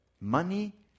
Money